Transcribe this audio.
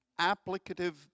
applicative